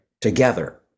together